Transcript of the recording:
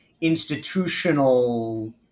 institutional